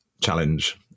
challenge